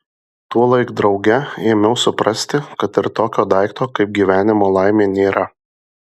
tuolaik drauge ėmiau suprasti kad ir tokio daikto kaip gyvenimo laimė nėra